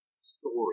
story